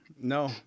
no